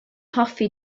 hoffi